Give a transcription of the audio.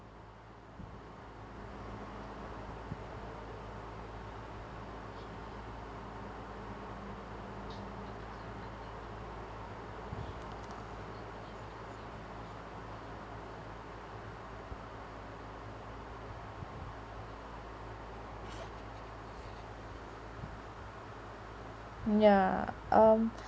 ya um